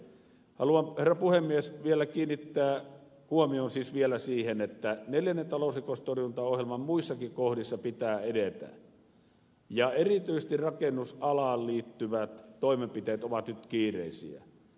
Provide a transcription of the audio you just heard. haluan herra puhemies vielä kiinnittää huomion siihen että neljännen talousrikostorjuntaohjelman muissakin kohdissa pitää edetä ja erityisesti rakennusalaan liittyvät toimenpiteet ovat nyt kiireisiä